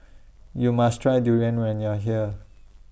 YOU must Try Durian when YOU Are here